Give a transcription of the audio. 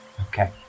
Okay